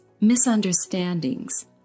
misunderstandings